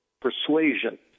persuasion